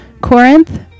Corinth